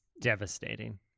devastating